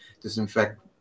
disinfect